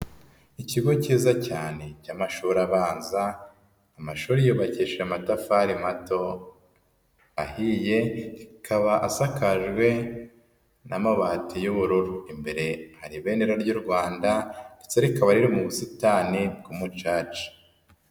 Ikigo kiza cyane cy'amashuri abanza, amashuri yubakishije amatafari mato ahiye akaba asakajwe n'amabati y'ubururu, imbere hari ibendera ry'u Rwanda ndetse rikaba riri mu busitani bw'umucaca.